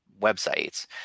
websites